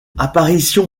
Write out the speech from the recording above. apparition